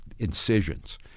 Incisions